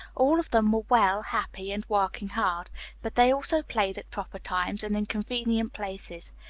all of them were well, happy, and working hard but they also played at proper times, and in convenient places.